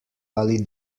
ali